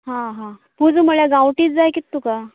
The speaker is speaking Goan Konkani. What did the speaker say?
हां हां फुल्ल म्हळ्यार गांवटीच जाय कितें तुका